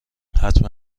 حتما